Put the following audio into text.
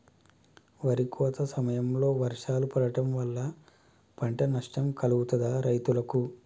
వరి కోత సమయంలో వర్షాలు పడటం వల్ల పంట నష్టం కలుగుతదా రైతులకు?